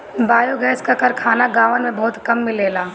biogas क कारखाना गांवन में बहुते कम मिलेला